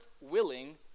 willing